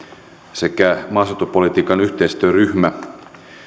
sekä maaseutupolitiikan yhteistyöryhmä